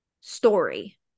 story